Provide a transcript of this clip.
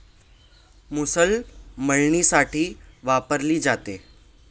मुसळ मळणीसाठी वापरली जाते